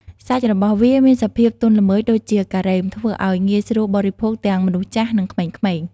សាច់របស់វាមានសភាពទន់ល្មើយដូចជាការ៉េម ធ្វើឱ្យងាយស្រួលបរិភោគទាំងមនុស្សចាស់ និងក្មេងៗ។